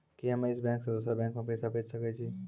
कि हम्मे इस बैंक सें दोसर बैंक मे पैसा भेज सकै छी?